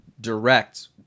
direct